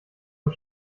und